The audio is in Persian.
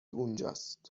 اونجاست